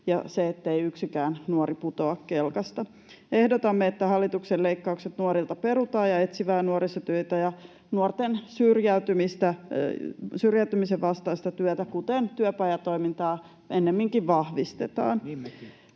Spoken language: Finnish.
ja se, ettei yksikään nuori putoa kelkasta. Ehdotamme, että hallituksen leikkaukset nuorilta perutaan ja etsivää nuorisotyötä ja nuorten syrjäytymisen vastaista työtä, kuten työpajatoimintaa, ennemminkin vahvistetaan.